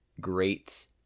great